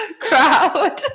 Crowd